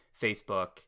facebook